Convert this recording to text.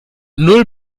null